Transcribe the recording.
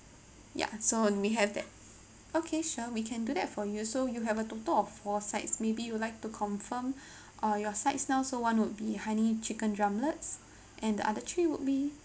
ya so we have that okay sure we can do that for you so you have a total of four sides maybe you would like to confirm uh your sides now so one would be honey chicken drumlets and the other three would be